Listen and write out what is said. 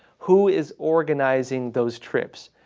who is organizing those trips?